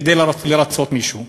כדי לרצות מישהו.